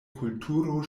kulturo